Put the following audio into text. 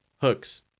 Hooks